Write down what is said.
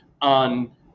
on